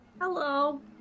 Hello